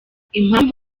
impamvu